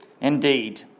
Indeed